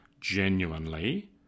genuinely